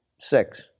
six